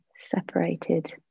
separated